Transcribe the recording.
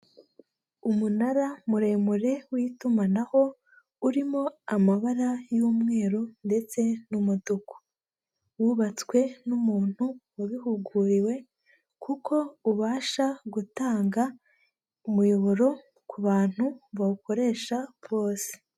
Umunara muremure w'itumanaho, urimo amabara y'umweru ndetse n'umutuku. Wubatswe n'umuntu wabihuguriwe, kuko ubasha gutanga umuyoboro ku bantu bawukoresha bose.